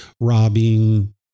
robbing